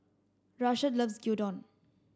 Rashad loves Gyudon